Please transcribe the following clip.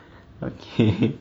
okay